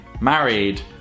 married